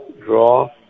draw